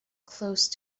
close